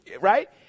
right